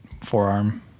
forearm